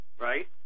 right